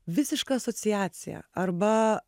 visiška asociacija arba